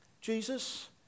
Jesus